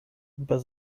über